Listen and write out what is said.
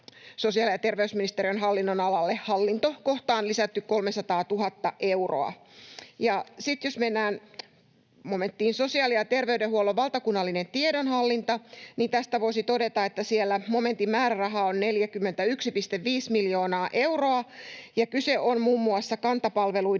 sosiaali- ja terveysministeriön hallinnonalalle Hallinto-kohtaan lisätty 300 000 euroa. Sitten jos mennään momenttiin Sosiaali- ja terveydenhuollon valtakunnallinen tiedonhallinta, niin tästä voisi todeta, että momentin määräraha on 41,5 miljoonaa euroa ja kyse on muun muassa Kanta-palveluiden